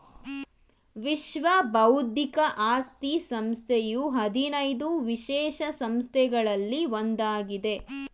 ವಿಶ್ವ ಬೌದ್ಧಿಕ ಆಸ್ತಿ ಸಂಸ್ಥೆಯು ಹದಿನೈದು ವಿಶೇಷ ಸಂಸ್ಥೆಗಳಲ್ಲಿ ಒಂದಾಗಿದೆ